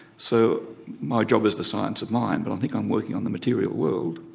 so my job is the science of mind but i think i'm working on the material world.